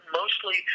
mostly